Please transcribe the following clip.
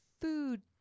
food